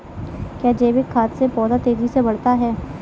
क्या जैविक खाद से पौधा तेजी से बढ़ता है?